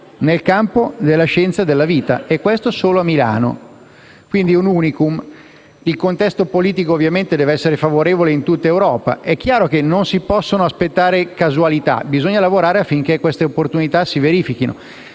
nel campo della scienza della vita, e questo solo a Milano. Si tratta quindi un *unicum*. Il contesto politico ovviamente dev'essere favorevole in tutta Europa: è chiaro che non si possono aspettare casualità e bisogna lavorare affinché queste opportunità si verifichino.